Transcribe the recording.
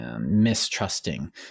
mistrusting